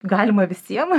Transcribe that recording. galima visiem